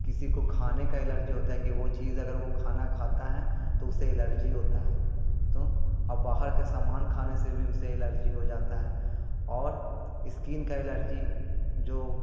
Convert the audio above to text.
کسی کو کھانے کا الرجی ہوتا ہے کہ وہ چیز اگر وہ کھانا کھاتا ہے تو اسے الرجی ہوتا ہے تو اور باہر کا سامان کھانے سے بھی اسے الرجی ہو جاتا ہے اور اسکن کا الرجی جو